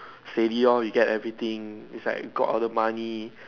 steady lor you get everything beside you get all the money